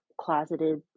closeted